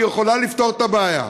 היא יכולה לפתור את הבעיה.